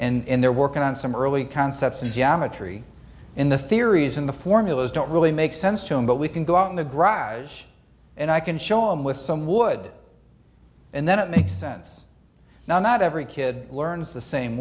and they're working on some early concepts and geometry in the theories in the formulas don't really make sense to him but we can go out in the gries and i can show him with some wood and then it makes sense now not every kid learns the same